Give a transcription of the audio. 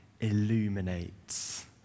illuminates